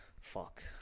Fuck